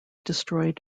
destroyed